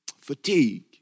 fatigue